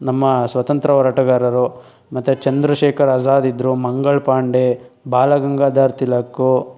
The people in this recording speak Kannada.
ನಮ್ಮ ಸ್ವಾತಂತ್ರ್ಯ ಹೋರಾಟಗಾರರು ಮತ್ತೆ ಚಂದ್ರಶೇಖರ್ ಆಜಾದ್ ಇದ್ದರು ಮಂಗಲ್ ಪಾಂಡೆ ಬಾಲ ಗಂಗಾಧರ್ ತಿಲಕ್